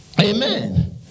Amen